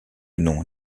nom